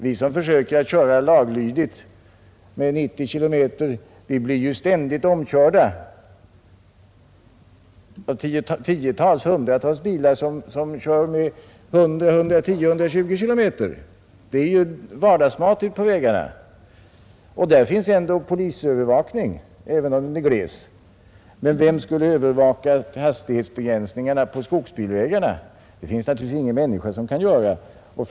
Vi som försöker köra laglydigt med 90 km blir ständigt omkörda av tiotals eller hundratals bilar som kör med 100, 110, 120 km. Det är ju vardagsmat ute på vägarna. Där finns ju ändå polisövervakning, även om den är gles. Men vem skall övervaka hastighetsbegränsningarna på skogsbilvägarna? Det finns ingen människa som kan göra det.